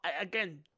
again